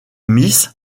miss